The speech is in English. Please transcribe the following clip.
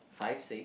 five six